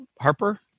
Harper